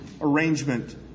arrangement